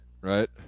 right